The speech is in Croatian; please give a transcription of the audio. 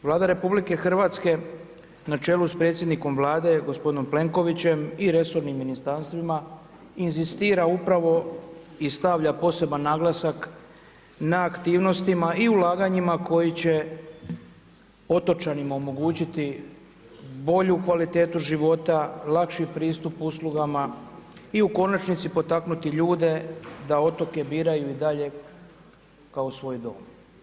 Vlada RH na čelu sa predsjednikom Vlade gospodinom Plenkovićem i resornim ministarstvima inzistira upravo i stavlja poseban naglasak na aktivnostima i ulaganjima koji će otočanima omogućiti bolju kvalitetu života, lakši pristup uslugama i u konačnici potaknuti ljude da otoke biraju i dalje kao svoj dom.